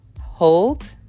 hold